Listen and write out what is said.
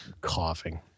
Coughing